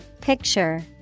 Picture